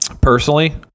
Personally